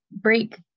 break